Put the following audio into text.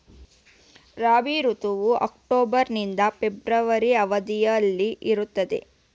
ರಾಬಿ ಋತುವು ಅಕ್ಟೋಬರ್ ನಿಂದ ಫೆಬ್ರವರಿ ಅವಧಿಯಲ್ಲಿ ಇರುತ್ತದೆ